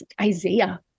Isaiah